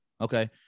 Okay